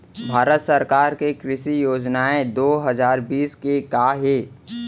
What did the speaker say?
भारत सरकार के कृषि योजनाएं दो हजार बीस के का हे?